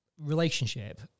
relationship